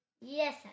Yes